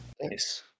Nice